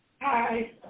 Hi